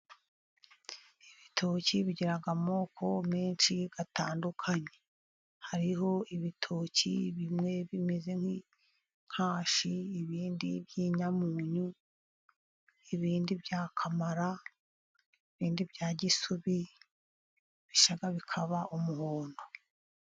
Ibitoki bigira amoko menshi atandukanye hariho ibitoki bimwe bimeze nk'inkashi ibindi by'inyamunyu ibindi by'umukara ibindi bya gisubi bishya bikaba umuhondo.